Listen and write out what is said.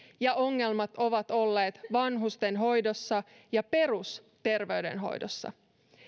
ja ongelmat ovat olleet vanhustenhoidossa ja perusterveydenhoidossa